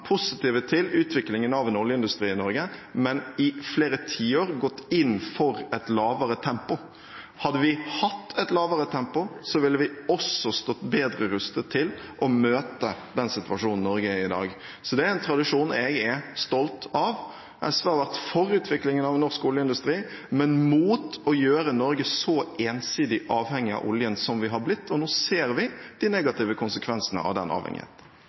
positive til utviklingen av en oljeindustri i Norge, men i flere tiår gått inn for et lavere tempo. Hadde vi hatt et lavere tempo, ville vi også stått bedre rustet til å møte den situasjonen Norge er i i dag. Så det er en tradisjon jeg er stolt av. SV har vært for utviklingen av norsk oljeindustri, men imot å gjøre Norge så ensidig avhengig av oljen som vi har blitt, og nå ser vi de negative konsekvensene av den